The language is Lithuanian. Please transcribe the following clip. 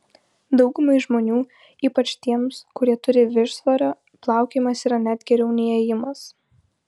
daugumai žmonių ypač tiems kurie turi viršsvorio plaukiojimas yra net geriau nei ėjimas